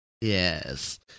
Yes